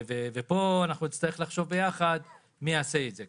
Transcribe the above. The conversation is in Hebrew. ופה נצטרך לחשוב ביחד מי יעשה את זה.